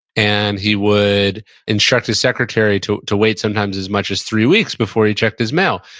and he would instruct his secretary to to wait sometimes as much as three weeks before he checked his mail.